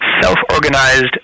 self-organized